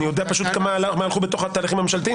אני יודע אני יודע פשוט מה הלכו בתוך התהליכים הממשלתיים,